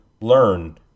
Learn